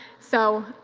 so,